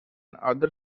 other